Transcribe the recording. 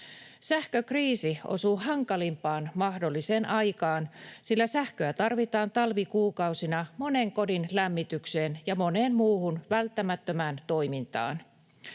Sähkökriisi osuu hankalimpaan mahdolliseen aikaan, sillä sähköä tarvitaan talvikuukausina monien kodin lämmitykseen ja moneen muuhun välttämättömään toimintaan.